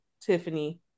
Tiffany